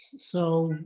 so,